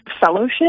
fellowship